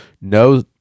no